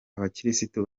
abakirisitu